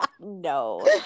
no